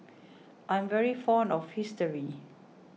I'm very fond of history